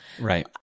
Right